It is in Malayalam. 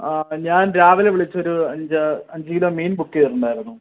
ഞാൻ രാവിലെ വിളിച്ച് ഒരു അഞ്ച് അഞ്ച് കിലോ മീൻ ബുക്ക് ചെയ്തിട്ടുണ്ടായിരുന്നു